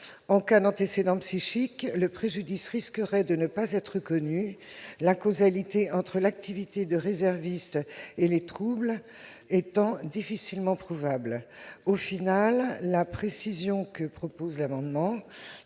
en cas d'antécédents psychiques, le préjudice risquerait de ne pas être reconnu, la causalité entre l'activité de réserviste et les troubles étant difficilement prouvable. La précision permettrait de